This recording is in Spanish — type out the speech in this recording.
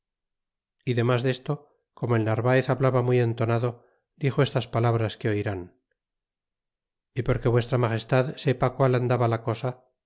y demas desto como el narvaez hablaba muy entonado dixo estas palabras que oirán y porque v m sepa qual andaba la cosa